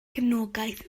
cefnogaeth